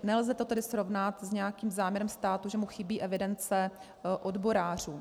Nelze to tedy srovnat s nějakým záměrem státu, že mu chybí evidence odborářů.